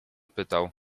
pytał